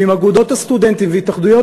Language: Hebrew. ועם אגודות הסטודנטים והתאחדויות